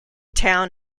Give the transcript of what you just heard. town